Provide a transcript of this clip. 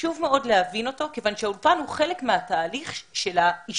חשוב מאוד להבין אותו כיוון שהאולפן הוא חלק מהתהליך של ההשתלבות